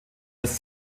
das